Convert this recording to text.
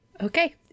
Okay